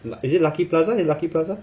is it lucky plaza it's lucky plaza